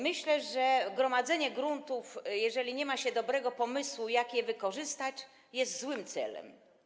Myślę, że gromadzenie gruntów, jeżeli nie ma się dobrego pomysłu, jak je wykorzystać, jest złym celem.